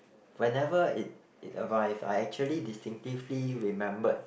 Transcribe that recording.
whenever it it arrive I actually distinctively remembered